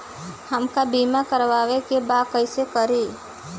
हमका बीमा करावे के बा कईसे करी?